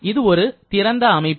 இது ஒரு சிறந்த அமைப்பு